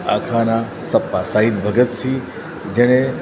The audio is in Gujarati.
અખાના છપ્પા શહીદ ભગત સિંહ જેણે